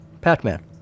Pac-Man